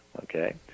okay